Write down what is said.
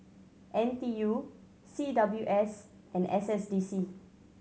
N T U C W S and S S D C